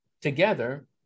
together